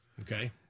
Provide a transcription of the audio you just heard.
Okay